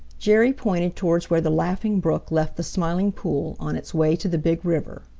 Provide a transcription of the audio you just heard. jerry pointed towards where the laughing brook left the smiling pool on its way to the big river.